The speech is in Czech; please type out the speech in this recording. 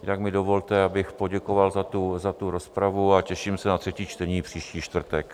Jinak mi dovolte, abych poděkoval za rozpravu a těším se na třetí čtení příští čtvrtek.